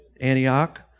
Antioch